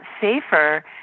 safer